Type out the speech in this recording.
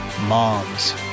Moms